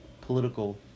political